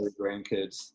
grandkids